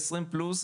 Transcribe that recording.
20 פלוס,